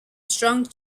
strong